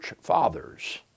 fathers